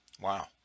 Wow